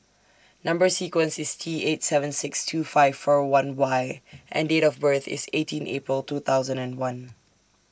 Number sequence IS T eight seven six two five four one Y and Date of birth IS eighteen April two thousand and one